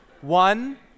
One